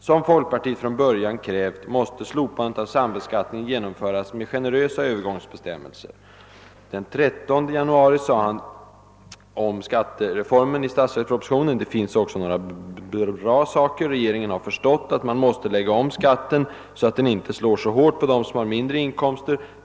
Som folkpartiet från början krävt, måste slopandet av sambeskattningen genomföras med generösa övergångsbestämmelser.» Den 13 januari sade han med anledning av vad som aviserades om skattereformen i = statsverkspropositionen: »Det finns också några bra saker. Regeringen har förstått att man måste lägga om skatten så att den inte slår så hårt på dem som har mindre inkomster.